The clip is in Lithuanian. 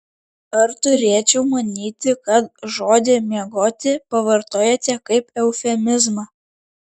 ar turėčiau manyti kad žodį miegoti pavartojote kaip eufemizmą